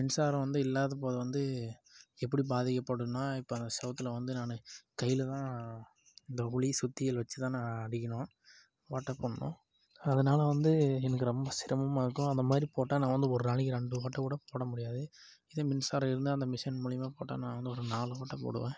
மின்சாரம் வந்து இல்லாத போது வந்து எப்படி பாதிக்கப்படும்னா இப்போ அந்த செவத்துல வந்து நான் கையிலதான் இந்த உளி சுத்தியல் வச்சுதான் நான் அடிக்கணும் ஓட்டை போடணும் அதனால வந்து எனக்கு ரொம்ப சிரமமாக இருக்கும் அதமாதிரி போட்டா நான் வந்து ஒரு நாளைக்கு ரெண்டு ஓட்டை கூட போட முடியாது இதே மின்சாரம் இருந்தா அந்த மிஷின் மூலியமாக போட்டா நான் வந்து ஒரு நாலு ஓட்டை போடுவேன்